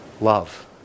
love